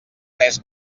tres